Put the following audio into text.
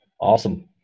Awesome